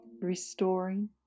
restoring